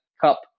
cup